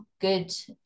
good